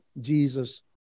Jesus